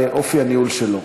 ואופי הניהול שלו.